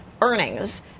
earnings